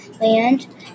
land